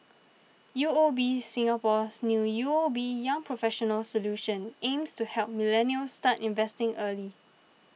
U O B Singapore's new U O B Young Professionals Solution aims to help millennials start investing early